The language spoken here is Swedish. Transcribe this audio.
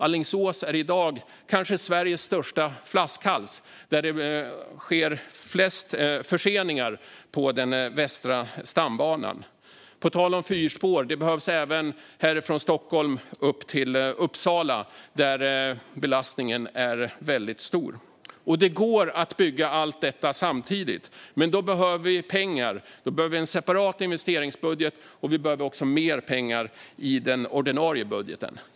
Alingsås är i dag Sveriges kanske största flaskhals, där det sker flest förseningar på Västra stambanan. På tal om fyrspår behövs det även här, från Stockholm upp till Uppsala, där belastningen är väldigt stor. Det går att bygga allt detta samtidigt, men då behöver vi pengar. Vi behöver en separat investeringsbudget, och vi behöver också mer pengar i den ordinarie budgeten.